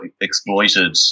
exploited